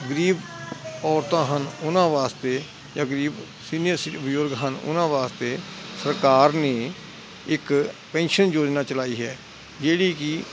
ਗਰੀਬ ਔਰਤਾਂ ਹਨ ਉਹਨਾਂ ਵਾਸਤੇ ਜਾਂ ਗਰੀਬ ਸੀਨੀਅਰ ਸਿ ਬਜ਼ੁਰਗ ਹਨ ਉਹਨਾਂ ਵਾਸਤੇ ਸਰਕਾਰ ਨੇ ਇੱਕ ਪੈਨਸ਼ਨ ਯੋਜਨਾ ਚਲਾਈ ਹੈ ਜਿਹੜੀ ਕਿ